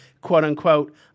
quote-unquote